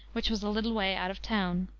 which was a little way out of town.